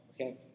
okay